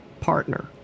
partner